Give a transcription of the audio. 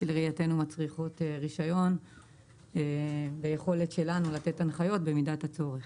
שלראייתנו מצריכות רישיון ויכולת שלנו לתת הנחיות במידת הצורך.